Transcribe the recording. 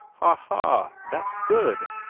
ha, ha! that's good!